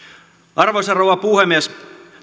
arvoisa rouva puhemies